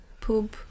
Poop